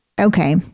Okay